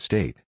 State